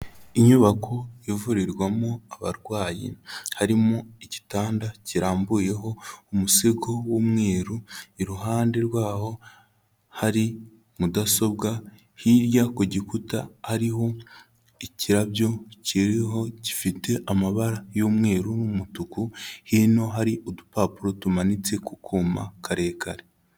Inyubako ivurirwamo abarwayi harimo igitanda kirambuyeho umusego w'umweru, iruhande rwaho hari mudasobwa, hirya ku gikuta hariho ikirabyo kiriho gifite amabara y'umweru n'umutuku, hino hari udupapuro tumanitse ku kuma karekare.